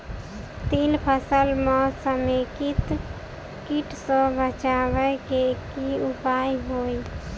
तिल फसल म समेकित कीट सँ बचाबै केँ की उपाय हय?